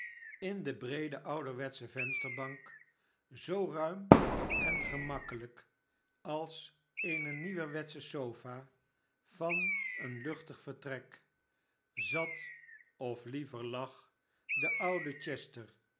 jn de breede ouderwetsche vensterbank zoo ruim en gemakkelijk als eene nieuwerwetsche sofa van een luchtig vertrek zat of liever lag de oude